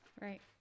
Right